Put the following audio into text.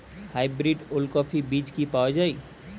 Hybrid ওলকফি বীজ কি পাওয়া য়ায়?